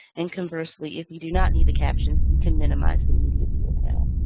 and conversely if you do not need the captions, you can minimize the media viewer panel.